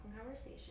conversation